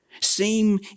seem